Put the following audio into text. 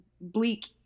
bleak